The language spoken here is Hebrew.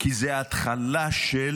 כי זאת התחלה של